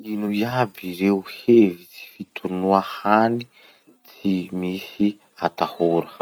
Ino iaby ireo hevitsy fitonoa hany tsy misy atahora?